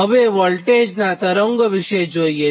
હવેવોલ્ટેજનાં તરંગો વિષે જોઇએ